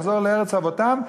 לחזור לארץ אבותם,